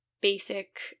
basic